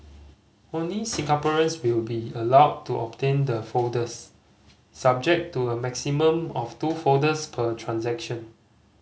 only Singaporeans will be allowed to obtain the folders subject to a maximum of two folders per transaction